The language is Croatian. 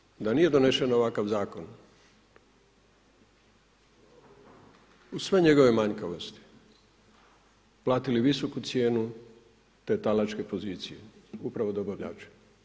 Kao što bi da nije donesen ovakav zakon uz sve njegove manjkavosti platili visoku cijenu te talačke pozicije, upravo dobavljači.